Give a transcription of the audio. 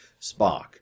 Spock